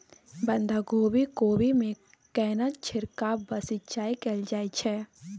बंधागोभी कोबी मे केना छिरकाव व सिंचाई कैल जाय छै?